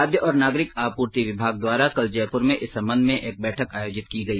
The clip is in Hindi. खाद्य और नागरिक आपूर्ति विभाग द्वारा कल जयपुर में इस संबंध में एक बैठक आयोजित की गई